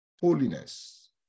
holiness